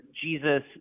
Jesus